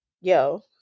yo